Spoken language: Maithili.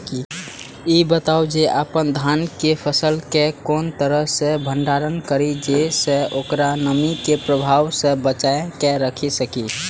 ई बताऊ जे अपन धान के फसल केय कोन तरह सं भंडारण करि जेय सं ओकरा नमी के प्रभाव सं बचा कय राखि सकी?